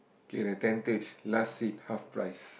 okay the tentage last seat half price